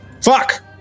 Fuck